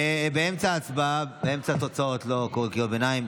באמצע ההצבעה לא קוראים קריאות ביניים.